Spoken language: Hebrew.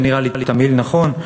זה נראה לי תמהיל נכון.